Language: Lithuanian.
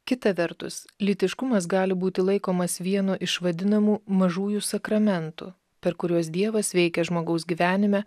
kita vertus lytiškumas gali būti laikomas vienu iš vadinamų mažųjų sakramentų per kuriuos dievas veikia žmogaus gyvenime